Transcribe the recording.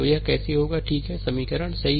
तो यह कैसे होगा ठीक है समीकरण सही